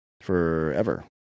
forever